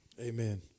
Amen